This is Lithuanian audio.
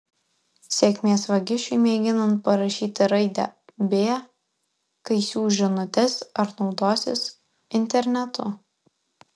sėkmės vagišiui mėginant parašyti raidę b kai siųs žinutes ar naudosis internetu